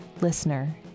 Listener